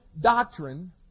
doctrine